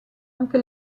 anche